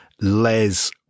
les